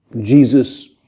Jesus